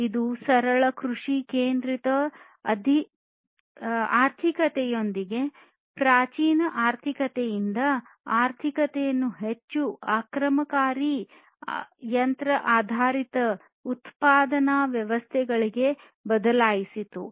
ಇದು ಸರಳ ಕೃಷಿ ಕೇಂದ್ರಿತ ಆರ್ಥಿಕತೆಗಳೊಂದಿಗೆ ಪ್ರಾಚೀನ ಆರ್ಥಿಕತೆಯಿಂದ ಆರ್ಥಿಕತೆಯನ್ನು ಹೆಚ್ಚು ಆಕ್ರಮಣಕಾರಿ ಯಂತ್ರ ಆಧಾರಿತ ಉತ್ಪಾದನಾ ವ್ಯವಸ್ಥೆಗಳಿಗೆ ಬದಲಾಯಿಸಿತು